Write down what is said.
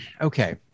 okay